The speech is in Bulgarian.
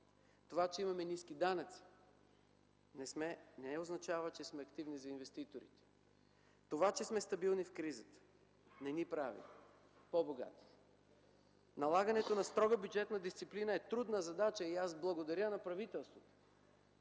Това, че имаме ниски данъци, не означава, че сме атрактивни за инвеститорите. Това, че сме стабилни в кризата, не ни прави по-богати. Налагането на строга бюджетна дисциплина е трудна задача и аз благодаря на правителството